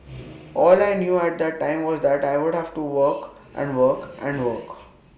all I knew at that time was that I would have to work and work and work